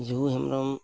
ᱡᱩᱦᱩ Hembrom